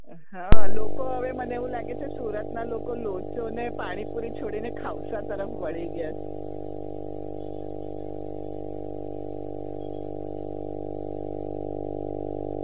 હ લોકો હવે મને એવું લાગે છે સુરતના લોકો લોચો ને પાણીપુરી છોડીને ખાવસા તરફ વળી ગયા છે